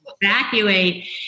evacuate